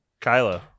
Kylo